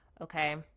okay